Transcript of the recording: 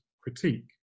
critique